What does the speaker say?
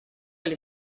alle